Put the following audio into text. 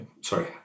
sorry